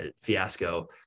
fiasco